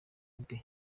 ade